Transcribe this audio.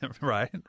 Right